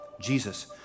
Jesus